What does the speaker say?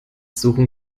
suchen